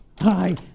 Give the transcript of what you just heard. Hi